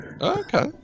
Okay